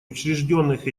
учрежденных